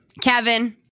Kevin